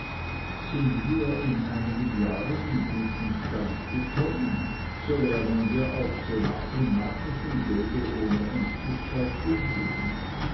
sind wir in einigen jahren in guten stand gekommen so lernen wir auch so nach und nach mit dem gelde ohne ängstlichkeit umgehen